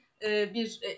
bir